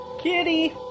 Kitty